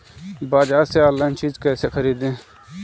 बाजार से आनलाइन चीज कैसे खरीदी?